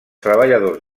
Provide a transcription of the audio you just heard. treballadors